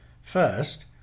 First